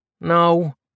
No